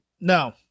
No